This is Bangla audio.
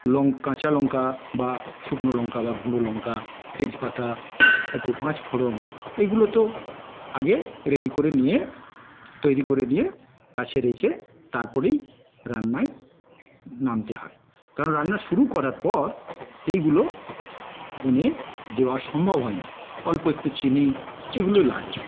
লঙ্কা কাঁচা লঙ্কা বা শুকনো লঙ্কা বা গুড়ো লঙ্কা তেজপাতা একটু পাঁচফোড়ন এইগুলো তো আগে রেডি করে নিয়ে তৈরি করে নিয়ে কাছে রেখে তার পরেই রান্নায় নামতে হয় কারণ রান্না শুরু করার পর এইগুলো এনে দেওয়া সম্ভব হয় না অল্প একটু চিনি এইগুলো লাগে